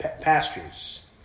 pastures